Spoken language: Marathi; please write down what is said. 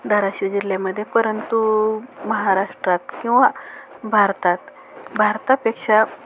धारशिव जिल्ह्यामध्ये परंतु महाराष्ट्रात किंवा भारतात भारतापेक्षा